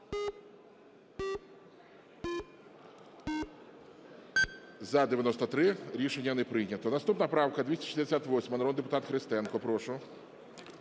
За-93 Рішення не прийнято. Наступна правка 268. Народний депутат Христенко, прошу.